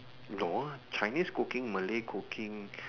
no Chinese cooking Malay cooking